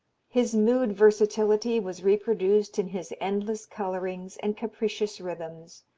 his mood-versatility was reproduced in his endless colorings and capricious rhythms.